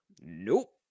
Nope